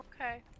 Okay